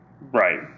Right